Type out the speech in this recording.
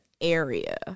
area